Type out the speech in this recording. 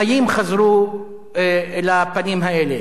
חיים חזרו לפנים האלה.